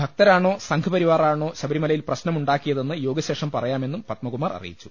ഭക്ത രാണോ സംഘ് പരിവാർ ആണോ ശബരിമലയിൽ പ്രശ്നമുണ്ടാക്കിയതെന്ന് യോഗശേഷം പറയാമെന്നും പത്മകുമാർ അറിയിച്ചു